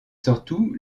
surtout